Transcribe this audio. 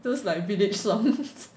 just like village songs